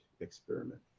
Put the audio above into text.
experiment